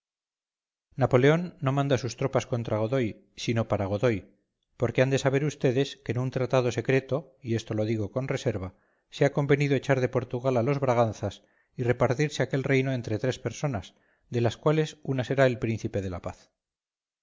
napoleón no manda sus tropas contra godoy sino para godoy porque han de saber vds que en un tratado secreto y esto lo digo con reserva se ha convenido echar de portugal a los braganzas y repartirse aquel reino entre tres personas de las cuales una será el príncipe de la paz